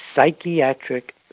psychiatric